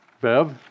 Bev